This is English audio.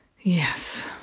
Yes